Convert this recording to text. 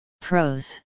Pros